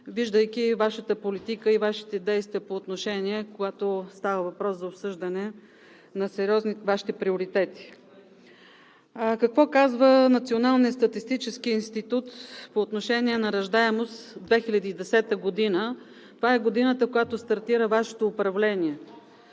виждайки Вашата политика и Вашите действия, когато става въпрос за обсъждане на сериозни проблеми. Какво казва Националният статистически институт по отношение на раждаемостта в 2010 г. – годината, в която стартира Вашето управление.